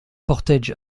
portage